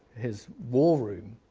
his war room,